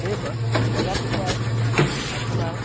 সেই জেগাটোকোৰাৰ আপোনাৰ